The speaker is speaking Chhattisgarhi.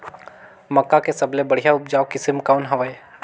मक्का के सबले बढ़िया उपजाऊ किसम कौन हवय?